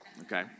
okay